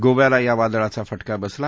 गोव्याला या वादळाचा फटका बसला